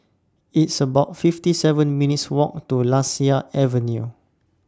It's about fifty seven minutes' Walk to Lasia Avenue